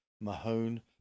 Mahone